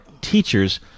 teachers